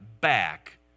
back